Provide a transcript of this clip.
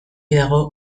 dago